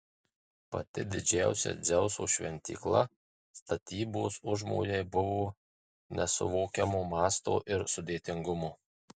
pati didžiausia dzeuso šventykla statybos užmojai buvo nesuvokiamo masto ir sudėtingumo